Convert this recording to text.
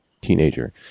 teenager